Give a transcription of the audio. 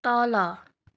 तल